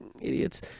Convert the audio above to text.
idiots